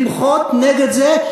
למחות נגד זה,